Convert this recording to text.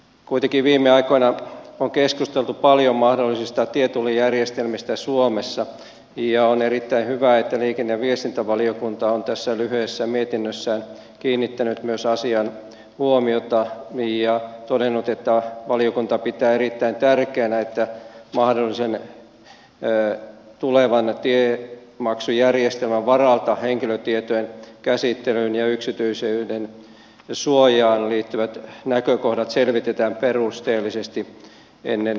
kuitenkin viime aikoina on keskusteltu paljon mahdollisista tietullijärjestelmistä suomessa ja on erittäin hyvä että liikenne ja viestintävaliokunta on tässä lyhyessä mietinnössään myös kiinnittänyt asiaan huomiota ja todennut että valiokunta pitää erittäin tärkeänä että mahdollisen tulevan tiemaksujärjestelmän varalta henkilötietojen käsittelyyn ja yksityisyydensuojaan liittyvät näkökohdat selvitetään perusteellisesti ennen